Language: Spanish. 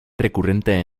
recurrente